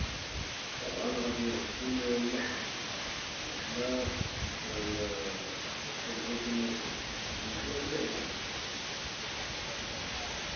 طبعا غادي نكون نحلة نحلة لان كنبغي نكون مفيد النحلة كلها افادة